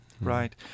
Right